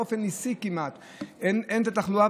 באופן ניסי כמעט אין את התחלואה,